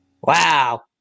Wow